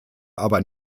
aber